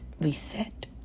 reset